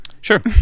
Sure